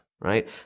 right